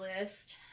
list